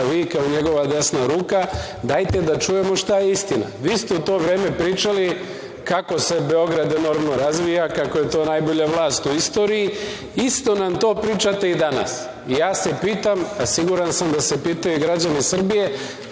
vi kao njegova desna ruka. Dajte da čujemo šta je istina. Vi ste u to vreme pričali kako se Beograd enormno razvija, kako je to najbolja vlast u istoriji. Isto nam to pričate i danas. Ja se pitam, a siguran sam da se pitaju i građani Srbije,